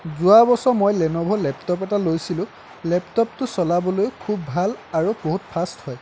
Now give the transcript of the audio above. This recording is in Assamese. যোৱা বছৰ মই লেনেভৰ লেপতপ এটা লৈছিলোঁ লেপতপটো চলাবলৈ খুব ভাল আৰু বহুত ফাষ্ট হয়